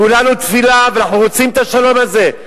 כולנו תפילה, ואנחנו רוצים את השלום הזה.